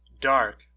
dark